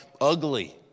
ugly